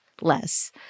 less